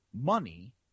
money